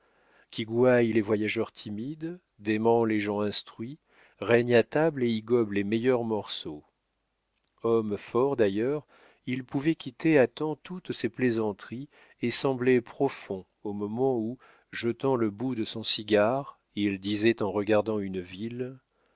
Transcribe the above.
qui gouaille les voyageurs timides dément les gens instruits règne à table et y gobe les meilleurs morceaux homme fort d'ailleurs il pouvait quitter à temps toutes ses plaisanteries et semblait profond au moment où jetant le bout de son cigare il disait en regardant une ville